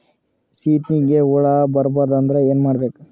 ಸೀತ್ನಿಗೆ ಹುಳ ಬರ್ಬಾರ್ದು ಅಂದ್ರ ಏನ್ ಮಾಡಬೇಕು?